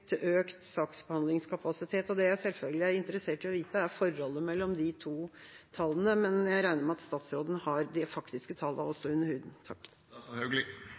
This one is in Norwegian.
til økt saksbehandlingskapasitet? Det jeg selvfølgelig er interessert i å vite, er forholdet mellom de to tallene, og jeg regner med at statsråden har de faktiske tallene under huden.